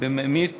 בממית